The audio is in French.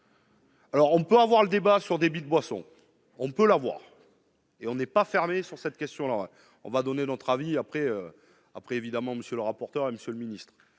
Alors on peut avoir le débat sur débits de boissons, on peut la voir et on n'est pas fermée sur cette question, on va donner notre avis après après évidemment, monsieur le rapporteur, Monsieur le Ministre,